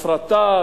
הפרטה,